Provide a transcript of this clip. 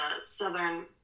southern